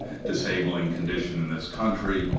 disabling condition in this country,